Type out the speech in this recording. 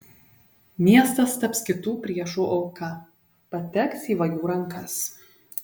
miestas taps kitų priešų auka pateks į vagių rankas